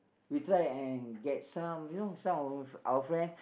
we try and get some you know some of our friend